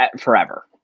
forever